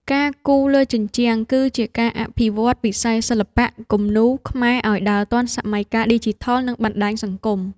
ការគូរលើជញ្ជាំងគឺជាការអភិវឌ្ឍវិស័យសិល្បៈគំនូរខ្មែរឱ្យដើរទាន់សម័យកាលឌីជីថល និងបណ្ដាញសង្គម។